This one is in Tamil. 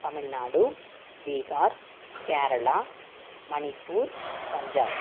தமிழ்நாடு பீகார் கேரளா மணிப்பூர் பஞ்சாப்